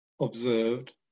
observed